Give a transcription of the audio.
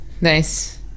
Nice